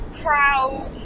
proud